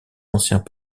anciens